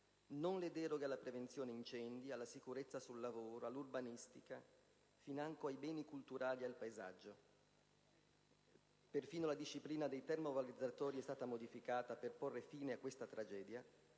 non le deroghe alla prevenzione incendi, alla sicurezza sul lavoro, urbanistica, financo ai beni culturali ed al paesaggio; perfino la disciplina dei termovalorizzatori è stata modificata per porre fine a questa tragedia.